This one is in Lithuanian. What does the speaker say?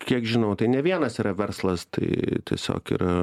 kiek žinau tai ne vienas yra verslas tai tiesiog yra